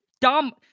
Dumb